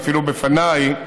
ואפילו בפניי,